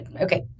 Okay